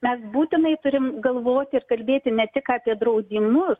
mes būtinai turim galvoti ir kalbėti ne tik apie draudimus